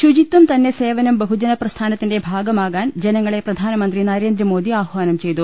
ശുചിത്വം തന്നെ ്രസേവനം ബഹുജനപ്രസ്ഥാനത്തിന്റെ ഭാഗ മാകാൻ ജനങ്ങളെ പ്രധാനമന്ത്രി നരേന്ദ്രമോദി ആഹ്വാനം ചെയ്തു